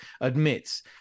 admits